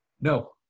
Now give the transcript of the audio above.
No